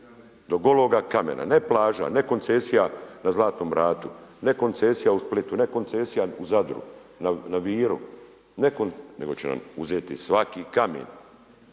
do gologa kamena, ne plaža ne koncesija na Zlatnom ratu, ne koncesija u Splitu, ne koncesija u Zadru, na Viru, ne, nego će nam uzeti svaki kamen.